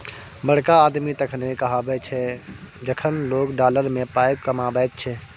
बड़का आदमी तखने कहाबै छै जखन लोक डॉलर मे पाय कमाबैत छै